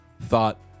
thought